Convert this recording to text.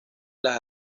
las